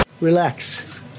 Relax